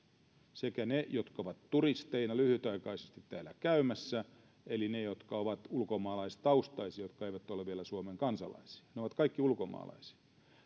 sekä ne jotka ovat turisteina lyhytaikaisesti täällä käymässä että ne jotka ovat ulkomaalaistaustaisia ja jotka eivät ole vielä suomen kansalaisia he ovat kaikki ulkomaalaisia